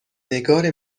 نگار